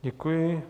Děkuji.